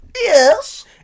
Yes